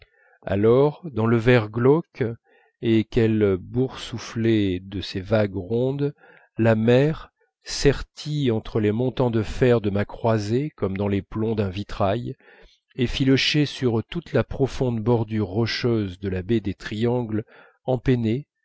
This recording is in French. alors dans le verre glauque et qu'elle boursouflait de ses vagues rondes la mer sertie entre les montants de fer de ma croisée comme dans les plombs d'un vitrail effilochait sur toute la profonde bordure rocheuse de la baie des triangles